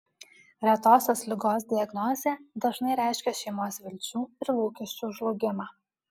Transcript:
retosios ligos diagnozė dažnai reiškia šeimos vilčių ir lūkesčių žlugimą